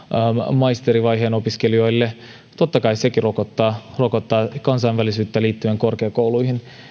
maisterivaiheen opiskelijoille vuosimaksut totta kai sekin rokottaa rokottaa kansainvälisyyttä liittyen korkeakouluihin